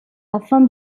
afin